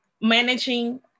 managing